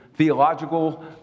theological